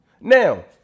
Now